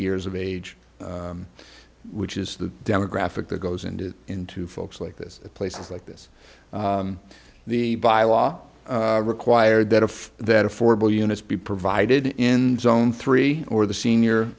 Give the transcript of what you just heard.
years of age which is the demographic that goes into into folks like this at places like this the bylaw required that of that affordable units be provided in zone three or the senior